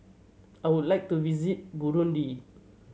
I would like to visit Burundi